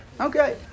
Okay